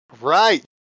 Right